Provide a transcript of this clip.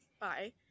bye